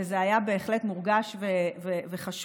וזה היה בהחלט מורגש וחשוב.